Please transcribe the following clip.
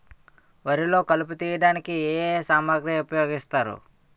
వరిలో కలుపు తియ్యడానికి ఏ ఏ సామాగ్రి ఉపయోగిస్తారు?